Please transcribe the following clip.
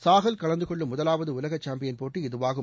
சாஹல் கலந்து கொள்ளும் முதலாவது உலக சாம்பியன்போட்டி இதுவாகும்